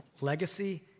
legacy